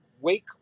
Wake